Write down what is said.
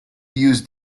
used